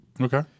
Okay